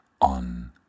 on